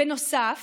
בנוסף,